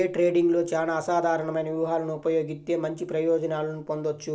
day ట్రేడింగ్లో చానా అసాధారణమైన వ్యూహాలను ఉపయోగిత్తే మంచి ప్రయోజనాలను పొందొచ్చు